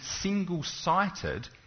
single-sighted